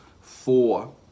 four